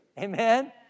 Amen